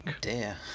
Dear